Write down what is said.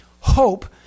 Hope